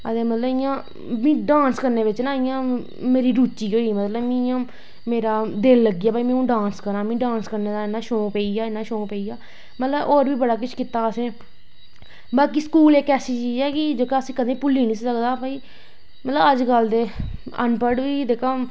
ते मतलव इयां डांस करने बिच्च ना इयां मेरी रुचि गै होई मेरी मतलव इयां मेरी दिल लग्गी गेआ कि में डांस करां मिगी शौंक पेई गेआ इन्ना शौंक पेई गेआ मतलव होर बी बड़ा किश कीता असैं बाकी स्कूल इक ऐसी चीज ऐ असेंगी कदैं भुल्ली नी सकदा भाई मतलव अज्ज कल दे अनपढ़ बी जेह्का